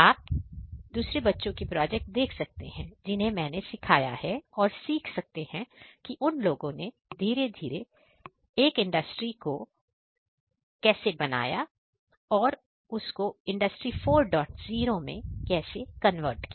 आप दूसरे बच्चों के प्रोजेक्ट देख सकते हैं जिन्हें मैंने सिखाया है और सीख सकते हैं कि उन लोगों ने धीरे धीरे एक इंडस्ट्री कैसे बनाया और उसको इंडस्ट्री 40 4 में कन्वर्ट किया